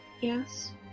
Yes